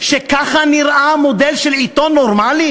שככה נראה מודל של עיתון נורמלי?